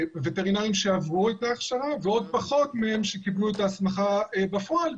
וטרינרים שעברו את ההכשרה ועוד פחות מהם שקיבלו את ההסמכה בפועל.